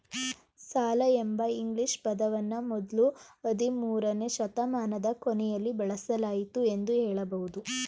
ಸಾಲ ಎಂಬ ಇಂಗ್ಲಿಷ್ ಪದವನ್ನ ಮೊದ್ಲು ಹದಿಮೂರುನೇ ಶತಮಾನದ ಕೊನೆಯಲ್ಲಿ ಬಳಸಲಾಯಿತು ಎಂದು ಹೇಳಬಹುದು